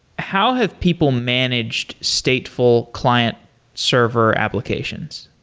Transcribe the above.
how have people managed stateful client server applications?